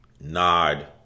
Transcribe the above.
nod